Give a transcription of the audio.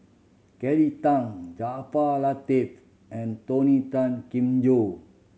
Kelly Tang Jaafar Latiff and Tony Tan Keng Joo